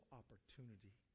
opportunity